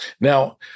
Now